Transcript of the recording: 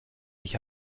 ich